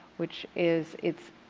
which is, it's